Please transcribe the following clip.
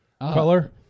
Color